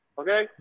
Okay